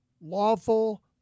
lawful